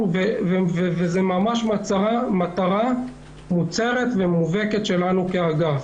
וזו ממש מטרה מוצהרת ומובהקת שלנו כאגף.